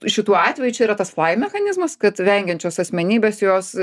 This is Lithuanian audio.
šituo atveju čia yra tas mechanizmas kad vengiančios asmenybės jos